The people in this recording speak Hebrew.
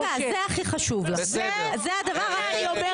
ההפסקה, זה הכי חשוב לך, זה הדבר הכי קריטי.